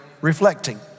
reflecting